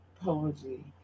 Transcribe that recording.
apology